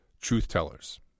truth-tellers